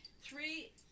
three